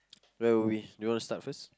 where were we do you want to start first